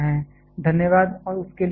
धन्यवाद और उसके लिए अलविदा